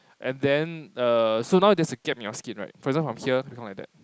and then err so now there's a gap between in skin right for example from here become like that